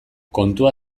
kontua